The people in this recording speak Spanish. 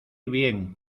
bien